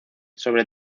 sobre